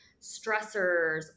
stressors